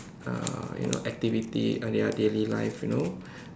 uh you know activity uh their daily life you know